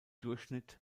durchschnitt